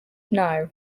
know